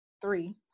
three